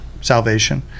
salvation